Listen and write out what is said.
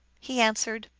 he answered,